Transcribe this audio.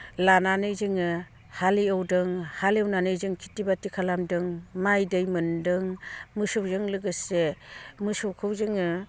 लानानै जोङो हाल एवदों हालेवनानै जों खेति बाति खालामदों माइ दै मोन्दों मोसौजों लोगोसे मोसौखौ जोङो